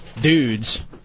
dudes